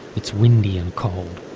it's windy and cold.